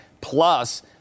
Plus